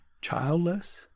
childless